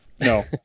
no